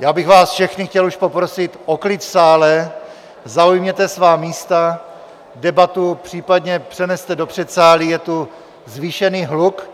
Já bych vás všechny chtěl už poprosit o klid v sále, zaujměte svá místa, debatu případně přeneste do předsálí, je tu zvýšený hluk,